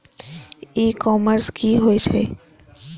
ई commerce की होय छेय?